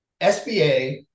SBA